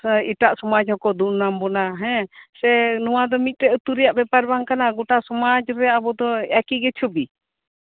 ᱮᱴᱟᱜ ᱥᱚᱢᱟᱡᱽ ᱦᱚᱸᱠᱚ ᱫᱩᱨᱱᱟᱢ ᱵᱚᱱᱟ ᱦᱮᱸ ᱱᱚᱣᱟᱫᱚ ᱢᱤᱫᱴᱟᱝ ᱟᱛᱳ ᱨᱮᱭᱟᱜ ᱵᱮᱯᱟᱨ ᱵᱟᱝ ᱠᱟᱱᱟ ᱱᱟᱣᱟᱫᱚ ᱜᱚᱴᱟ ᱥᱚᱢᱟᱡᱽ ᱨᱮ ᱟᱵᱚ ᱫᱚ ᱮᱠᱤ ᱜᱮ ᱪᱷᱚᱵᱤ